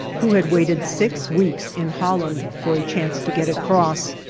who had waited six weeks in holland for a chance to get across,